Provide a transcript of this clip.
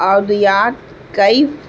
ادویات کیف